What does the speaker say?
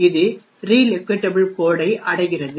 இது relocatable code ஐ அடைகிறது